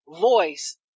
voice